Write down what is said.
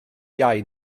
iau